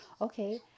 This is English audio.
okay